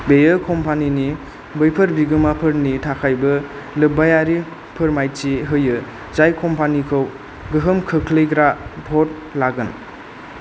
बेयो कम्पानिनि बैफोर बिगोमाफोरनि थाखायबो लोब्बायारि फोरमायथि होयो जाय कम्पानिखौ गोहोम खोख्लैग्रा भट लागोन